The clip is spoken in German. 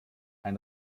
ein